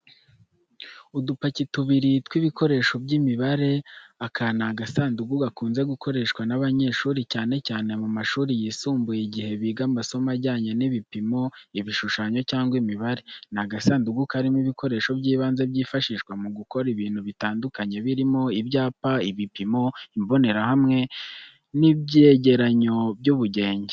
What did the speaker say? Udupaki tubiri tw’ibikoresho by’imibare, aka ni agasanduku gakunze gukoreshwa n’abanyeshuri, cyane cyane mu mashuri yisumbuye igihe biga amasomo ajyanye n'ibipimo, ibishushanyo, cyangwa imibare. Ni agasanduku karimo ibikoresho by’ibanze byifashishwa mu gukora ibintu bitandukanye birimo ibyapa, ibipimo, imbonerahamwe, n'ibyegeranyo by'ubugenge.